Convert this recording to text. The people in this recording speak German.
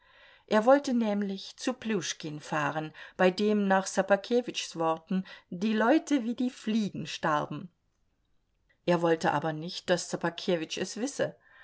er wollte nämlich zu pljuschkin fahren bei dem nach ssobakewitschs worten die leute wie die fliegen starben er wollte aber nicht daß ssobakewitsch es wisse